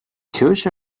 kirche